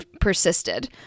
persisted